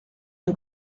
une